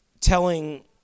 telling